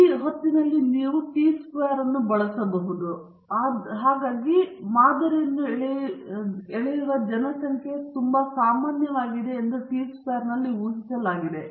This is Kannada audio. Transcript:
ಆದ್ದರಿಂದ ಇದೀಗ ಮಾದರಿಯನ್ನು ಎಳೆಯುವ ಜನಸಂಖ್ಯೆಯು ಸಾಮಾನ್ಯವಾಗಿದೆ ಎಂದು ಊಹಿಸಲಾಗಿದೆ